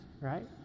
right